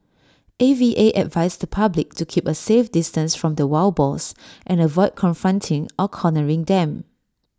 A V A advised the public to keep A safe distance from the wild boars and avoid confronting or cornering them